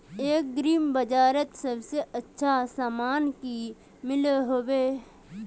Agri बजारोत सबसे अच्छा सामान की मिलोहो होबे?